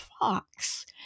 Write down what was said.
Fox